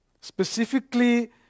specifically